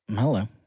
hello